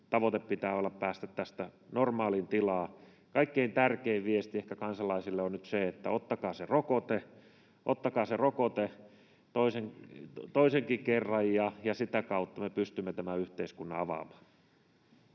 tavoitteen pitää olla päästä tästä normaaliin tilaan. Ehkä kaikkein tärkein viesti kansalaisille on nyt se, että ottakaa se rokote, ottakaa se rokote toisenkin kerran, ja sitä kautta me pystymme tämän yhteiskunnan avaamaan.